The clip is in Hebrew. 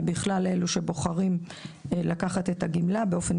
ובכלל עבור אלה שבוחרים לקחת את הגמלה באופן